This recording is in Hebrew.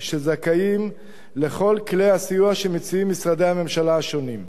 שזכאים לכל כלי הסיוע שמציעים משרדי הממשלה השונים.